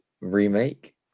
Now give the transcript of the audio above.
remake